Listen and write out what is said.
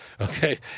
Okay